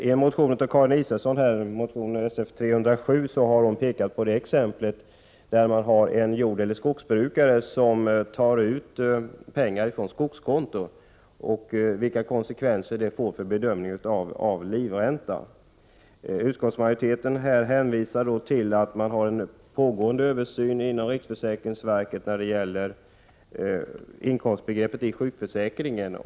I motion §f307 av Karin Israelsson m.fl. påvisas i ett exempel med en jordeller skogsbrukare som tar ut pengar från skogskonto vilka konsekvenser det får för bedömningen av livränta. Utskottsmajoriteten hänvisar här till att en översyn pågår inom riksförsäkringsverket när det gäller inkomstbegreppet i sjukförsäkringen.